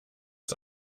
ist